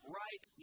right